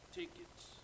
tickets